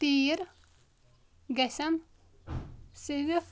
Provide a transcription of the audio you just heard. تیٖر گژَھن سِوِتھ